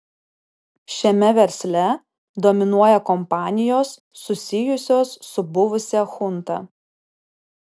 šiame versle dominuoja kompanijos susijusios su buvusia chunta